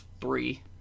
three